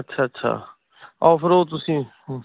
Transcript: ਅੱਛਾ ਅੱਛਾ ਆਓ ਫਿਰ ਉਹ ਤੁਸੀਂ